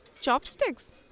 Chopsticks